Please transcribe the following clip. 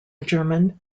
german